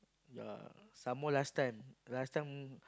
yea some more last time last time